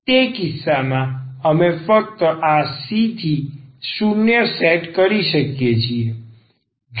તે કિસ્સામાં અમે ફક્ત આ C થી 0 સેટ કરી શકીએ છીએ